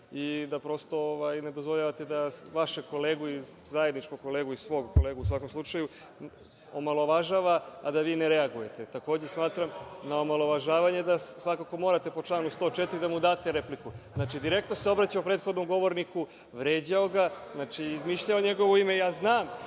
i da prosto ne dozvoljavate da vašeg kolegu i zajedničkog kolegu, ili svog kolegu u svakom slučaju, omalovažava a da vi ne reagujete. Takođe, smatram da na omalovažavanje svakako morate po članu 104. svakako da mu date repliku. Direktno se obraćao prethodnom govorniku, vređao ga, izmišljao njegovo ime. Ja znam